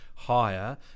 Higher